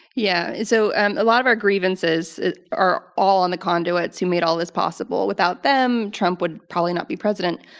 yeah, so and a lot of our grievances are all on the conduits who made all this possible. without them, trump would probably not be president.